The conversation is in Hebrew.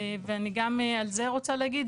ואני גם על זה רוצה להגיד,